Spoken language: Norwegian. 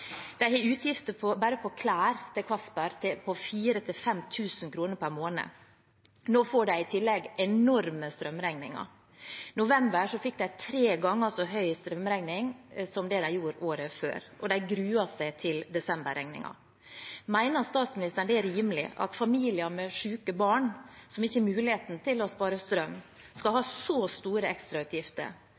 De har utgifter bare på klær til Casper på 4 000–5 000 kr per måned. Nå får de i tillegg enorme strømregninger. I november fikk de en tre ganger så høy strømregning som det de gjorde året før, og de gruer seg til desemberregningen. Mener statsministeren det er rimelig at familier med syke barn som ikke har muligheten til å spare strøm, skal ha så store ekstrautgifter?